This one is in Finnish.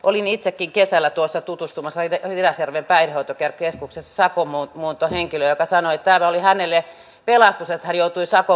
olin itsekin kesällä tutustumassa idean ja selvin päin hoitokerkeskuksessa ridasjärven päihdehoitokeskuksessa sakonmuuntohenkilöön joka sanoi että tämä oli hänelle pelastus että hän joutui sakonmuuntoon